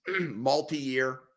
multi-year